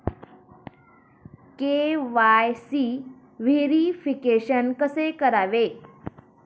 KYC verification कसे करावे?